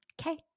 okay